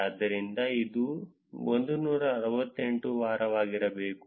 ಆದ್ದರಿಂದ ಇದು 168 ವಾರವಾಗಿರಬೇಕು